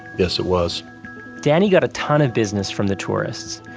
yes, it was danny got a ton of business from the tourists.